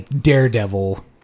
Daredevil